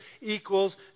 equals